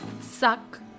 Suck